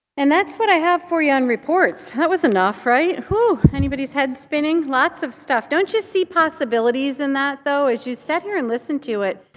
and that's what i have for you on reports. that was enough right. whew! anybody's head spinning. lots of stuff. don't you see possibilities in that though? as you sat here and listened to it,